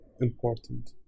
important